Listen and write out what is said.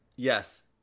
Yes